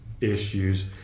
issues